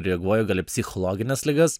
reaguoju gali psichologines ligas